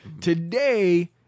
Today